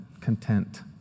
Content